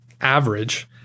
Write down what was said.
average